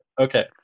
Okay